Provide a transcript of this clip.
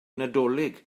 nadolig